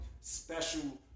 special